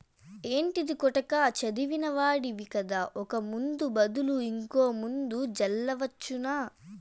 ఏంటిది కొడకా చదివిన వాడివి కదా ఒక ముందు బదులు ఇంకో మందు జల్లవచ్చునా